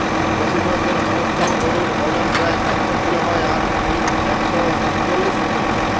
বেশিবয়সের Holstein গরুর অজন প্রায় সাতশ কিলো হয় আর হাইট একশ সাতচল্লিশ সেমি হয়